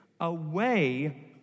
away